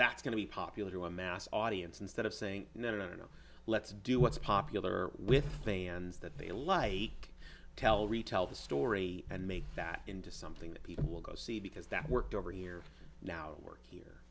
that's going to be popular to a mass audience instead of saying no no no let's do what's popular with say and that they lie tell retell the story and make that into something that people will go see because that worked over here now work